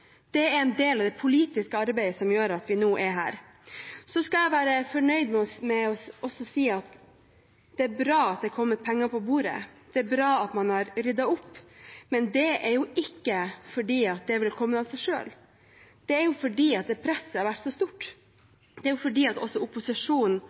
Det er en del av det politiske arbeidet som gjør at vi nå er her. Så vil jeg si meg fornøyd med og at det er bra at det er kommet penger på bordet, det er bra at en har ryddet opp. Men det har ikke kommet av seg selv. Det skjer fordi presset har vært så